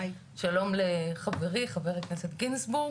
שלום לחברי, חבר הכנסת גינזבורג.